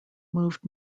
moved